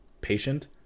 patient